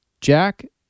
Jack